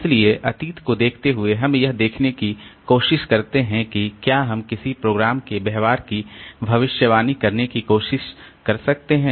इसलिए अतीत को देखते हुए हम यह देखने की कोशिश करते हैं कि क्या हम किसी प्रोग्राम के व्यवहार की भविष्यवाणी करने की कोशिश कर सकते हैं